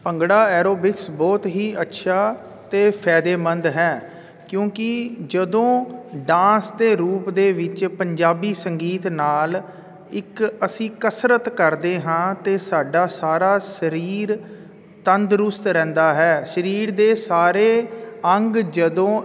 bhangra aerobics ਬਹੁਤ ਹੀ ਅੱਛਾ ਤੇ ਫਾਇਦੇਮੰਦ ਹੈ ਕਿਉਂਕਿ ਜਦੋਂ ਡਾਂਸ ਦੇ ਰੂਪ ਦੇ ਵਿੱਚ ਪੰਜਾਬੀ ਸੰਗੀਤ ਨਾਲ ਇੱਕ ਅਸੀਂ ਕਸਰਤ ਕਰਦੇ ਹਾਂ ਤੇ ਸਾਡਾ ਸਾਰਾ ਸਰੀਰ ਤੰਦਰੁਸਤ ਰਹਿੰਦਾ ਹੈ ਸਰੀਰ ਦੇ ਸਾਰੇ ਅੰਗ ਜਦੋਂ